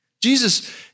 Jesus